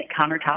countertop